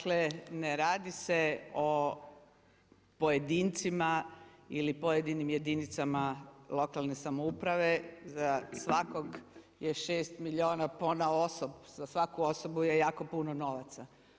Dakle, ne radi se o pojedincima ili pojedinim jedinicama lokalne samouprave za svakog je 6 milijuna ponaosob, za svaku osobu je jako puno novaca.